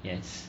yes